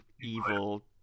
evil